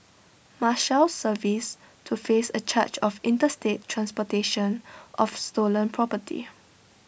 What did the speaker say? marshals service to face A charge of interstate transportation of stolen property